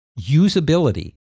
usability